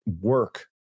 work